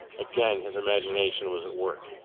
again his imagination was at work.